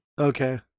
Okay